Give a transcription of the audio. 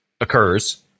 occurs